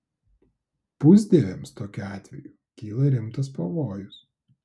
pusdieviams tokiu atveju kyla rimtas pavojus